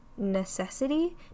necessity